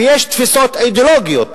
ויש תפיסות אידיאולוגיות